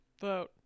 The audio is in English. vote